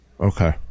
Okay